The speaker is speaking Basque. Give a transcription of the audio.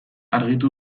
argitu